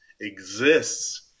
exists